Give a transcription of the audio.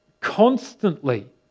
constantly